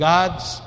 God's